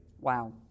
Wow